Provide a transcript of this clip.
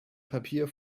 papier